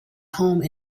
home